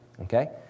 okay